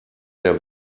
der